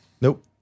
Nope